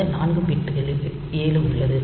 இந்த நான்கு பிட்களில் 7 உள்ளன